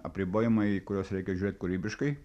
apribojimai į kuriuos reikia žiūrėt kūrybiškai